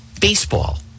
Baseball